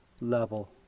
level